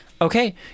Okay